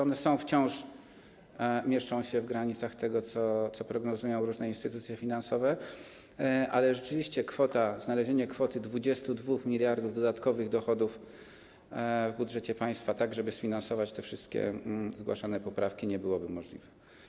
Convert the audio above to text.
One wciąż mieszczą się w granicach tego, co prognozują różne instytucje finansowe, ale rzeczywiście znalezienie kwoty 22 mld zł dodatkowych dochodów w budżecie państwa, tak żeby sfinansować wszystkie zgłaszane poprawki, nie byłoby możliwe.